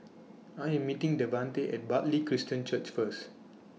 I Am meeting Devante At Bartley Christian Church First